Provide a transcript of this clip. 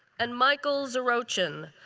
and michael zerochin.